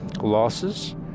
losses